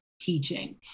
teaching